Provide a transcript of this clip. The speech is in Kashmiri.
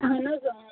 اہن حظ اۭں